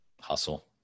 hustle